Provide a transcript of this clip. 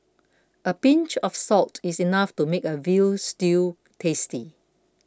a pinch of salt is enough to make a Veal Stew tasty